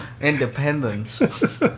independence